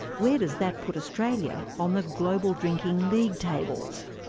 where does that put australia on the global drinking league tables?